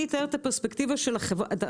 אני אתאר את הפרספקטיבה של החברות.